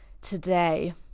today